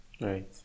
Right